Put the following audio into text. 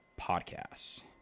podcasts